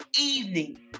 evening